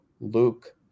Luke